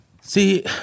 See